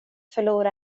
förlora